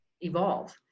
evolve